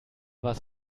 was